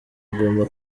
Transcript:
agomba